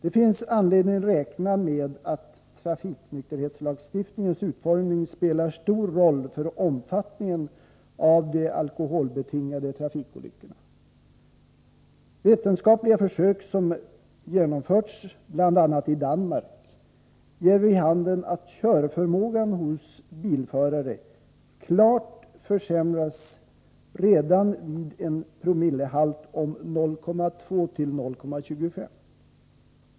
Det finns anledning att räkna med att trafiknykterhetslagstiftningens utformning spelar stor roll för omfattningen av de alkoholbetingade trafikolyckorna. Vetenskapliga försök som genomförts bl.a. i Danmark ger vid handen att körförmågan hos bilförare klart försämras redan vid en promillehalt på 0,2 å 0,25.